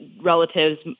relatives